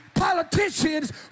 politicians